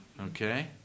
Okay